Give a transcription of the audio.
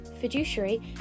fiduciary